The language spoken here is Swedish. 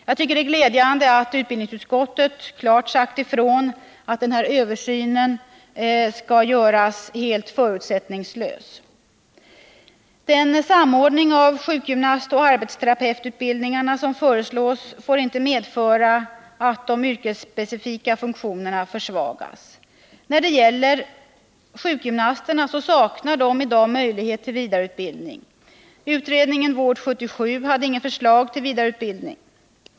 Jag tycker att det är glädjande att utbildningsutskottet klart har sagt ifrån att den här översynen skall göras helt förutsättningslöst. Den samordning av sjukgymnastoch arbetsterapeututbildningarna som föreslås får inte medföra att de yrkesspecifika funktionerna försvagas. Sjukgymnasterna saknar i dag möjlighet till vidareutbildning. Utredningen Vård 77 hade inget förslag till vidareutbildning.